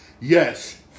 Yes